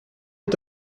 est